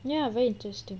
ya very interesting